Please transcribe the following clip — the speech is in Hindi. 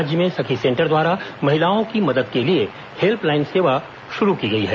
राज्य में सखी सेंटर द्वारा महिलाओं की मदद के लिए हेल्प लाइन सेवा शुरू की गई है